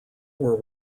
were